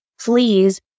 please